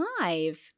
five